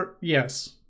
yes